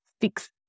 fix